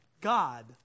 God